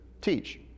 teach